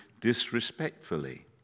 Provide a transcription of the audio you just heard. Disrespectfully